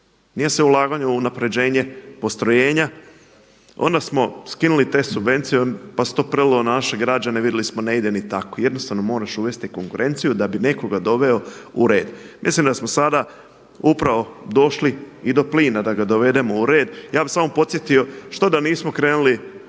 nije se ulagalo u unapređenje postrojenja, onda smo skinuli te subvencije pa se to prelilo na naše građane, vidjeli smo ne ide ni tako. Jednostavno moraš uvesti konkurenciju da bi nekoga doveo u red. Mislim da smo sada upravo došli i do plina da ga dovedemo u red. Ja bih samo podsjetio što da nismo krenuli